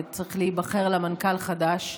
וצריך להיבחר לה מנכ"ל חדש.